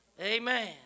Amen